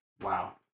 wow